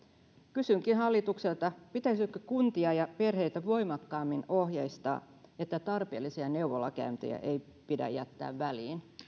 kysynkin hallitukselta pitäisikö kuntia ja perheitä voimakkaammin ohjeistaa että tarpeellisia neuvolakäyntejä ei pidä jättää väliin